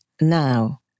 now